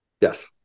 Yes